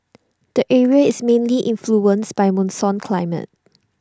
the area is mainly influenced by monsoon climate